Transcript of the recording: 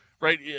right